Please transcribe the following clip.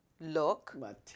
look